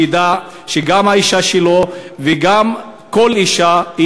שידע שגם האישה שלו וגם כל אישה,